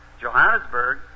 Johannesburg